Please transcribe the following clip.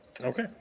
Okay